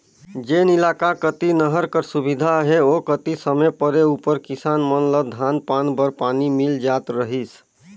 जेन इलाका कती नहर कर सुबिधा अहे ओ कती समे परे उपर किसान मन ल धान पान बर पानी मिल जात रहिस